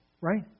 right